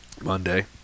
Monday